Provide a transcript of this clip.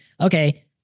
okay